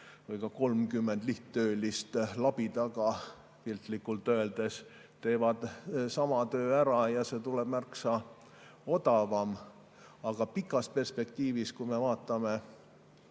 või 30 lihttöölist labidaga, piltlikult öeldes, teevad sama töö ära ja see tuleb märksa odavam. Aga pikas perspektiivis, kui me vaatame